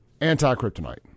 Anti-Kryptonite